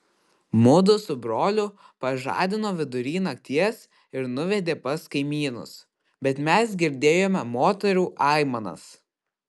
mudu su broliu pažadino vidury nakties ir nuvedė pas kaimynus bet mes girdėjome moterų aimanas